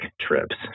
trips